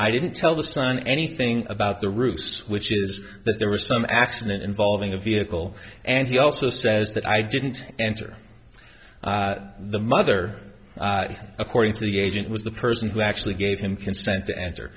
i didn't tell the son anything about the roops which is that there was some accident involving a vehicle and he also says that i didn't answer the mother according to the agent was the person who actually gave him consent the answer